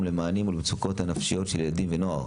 למענים ולמצוקות הנפשיות של ילדים ונוער.